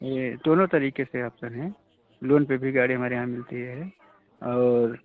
ये दोनों तरीके से आप चाहे लोन पर भी गाड़ी हमारे यहाँ मिलती है और